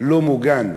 לא מוגן.